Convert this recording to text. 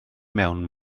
mewn